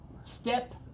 Step